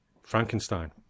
Frankenstein